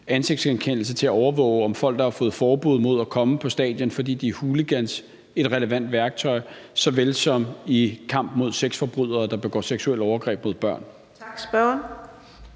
ansigtsgenkendelse til at overvåge, om folk, der har fået forbud mod at komme på stadion, fordi de er hooligans. Der er det et relevant værktøj, såvel som det er det i kampen mod sexforbrydere, der begår seksuelle overgreb mod børn. Kl.